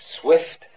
swift